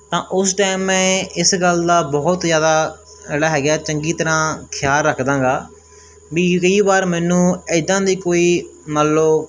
ਤਾਂ ਉਸ ਟਾਈਮ ਮੈਂ ਇਸ ਗੱਲ ਦਾ ਬਹੁਤ ਜ਼ਿਆਦਾ ਜਿਹੜਾ ਹੈਗਾ ਚੰਗੀ ਤਰ੍ਹਾਂ ਖਿਆਲ ਰੱਖਦਾ ਹੈਗਾ ਵੀ ਕਈ ਵਾਰ ਮੈਨੂੰ ਇੱਦਾਂ ਦੀ ਕੋਈ ਮੰਨ ਲਓ